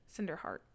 Cinderheart